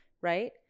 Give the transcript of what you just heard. Right